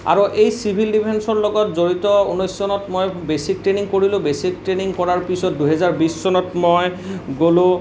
আৰু এই চিভিল ডিফেন্সৰ লগত জড়িত ঊনৈছ চনত মই বেচিক ট্ৰেইনিং কৰিলোঁ বেচিক ট্ৰেইনিং কৰাৰ পিছত দুহেজাৰ বিছ চনত মই গ'লো